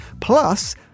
Plus